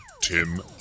Tim